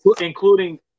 Including